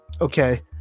Okay